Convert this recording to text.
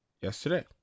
yesterday